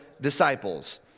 disciples